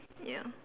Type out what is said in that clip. ya